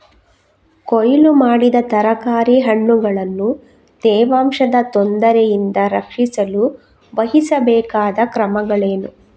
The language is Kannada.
ಕೊಯ್ಲು ಮಾಡಿದ ತರಕಾರಿ ಹಣ್ಣುಗಳನ್ನು ತೇವಾಂಶದ ತೊಂದರೆಯಿಂದ ರಕ್ಷಿಸಲು ವಹಿಸಬೇಕಾದ ಕ್ರಮಗಳೇನು?